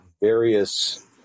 various